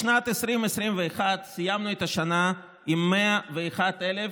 בשנת 2021 סיימנו את השנה עם 101,595